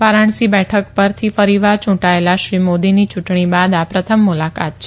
વારાણસી બેઠક પરથી ફરીવાર ચુંટાયેલા શ્રી મોદીની ચુંટણી બાદ આ પ્રથમ મુલાકાત છે